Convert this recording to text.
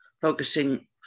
focusing